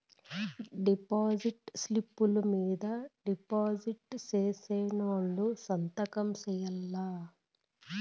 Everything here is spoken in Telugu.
డిపాజిట్ స్లిప్పులు మీద డిపాజిట్ సేసినోళ్లు సంతకం సేయాల్ల